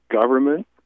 government